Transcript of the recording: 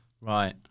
Right